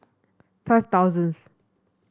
five thousandth